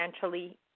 financially